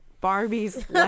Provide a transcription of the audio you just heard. Barbie's